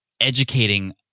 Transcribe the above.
educating